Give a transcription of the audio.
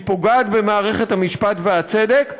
היא פוגעת במערכת המשפט והצדק,